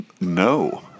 No